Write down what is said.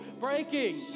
breaking